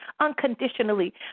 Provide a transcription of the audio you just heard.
unconditionally